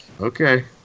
Okay